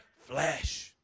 flesh